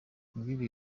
ibi